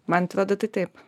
man atrodo tai taip